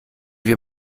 wir